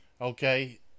okay